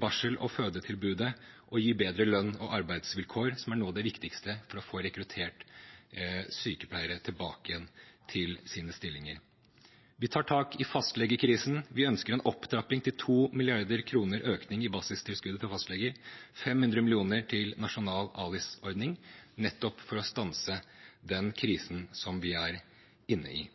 barsel- og fødetilbudet og gir bedre lønn og arbeidsvilkår, som er noe av det viktigste for å få rekruttert sykepleiere tilbake til sine stillinger. Vi tar tak i fastlegekrisen. Vi ønsker en opptrapping til 2 mrd. kr i økning i basistilskuddet til fastleger, 500 mill. kr til nasjonal ALIS-ordning, nettopp for å stanse den krisen som vi er inne i.